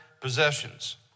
possessions